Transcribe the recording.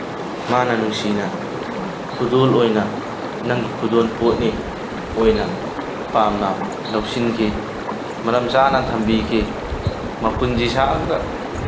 ꯃꯥꯟꯅ ꯅꯨꯡꯁꯤꯅ ꯈꯨꯗꯣꯜ ꯑꯣꯏꯅ ꯅꯪꯒꯤ ꯈꯨꯗꯣꯜ ꯄꯣꯠꯅꯤ ꯑꯣꯏꯅ ꯄꯥꯝꯅ ꯂꯧꯁꯟꯈꯤ ꯃꯔꯝꯆꯅ ꯇꯝꯕꯤꯈꯤ ꯃꯄꯨꯟꯁꯤ ꯁꯥꯡꯅ